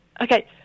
Okay